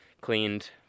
cleaned